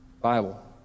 Bible